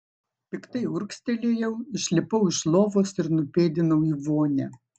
piktai urgztelėjau išlipau iš lovos ir nupėdinau į vonią